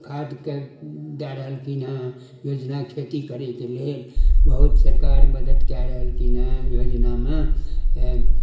खादके दए रहलखिनहेँ योजना खेती करयके लेल बहुत सरकार मदति कए रहलखिनहेँ योजनामे